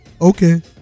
Okay